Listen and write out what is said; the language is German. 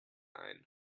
ein